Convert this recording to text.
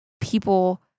people